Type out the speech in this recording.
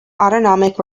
autonomic